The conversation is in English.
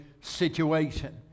situation